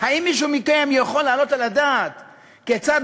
האם מישהו מכם יכול להעלות על הדעת כיצד